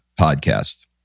podcast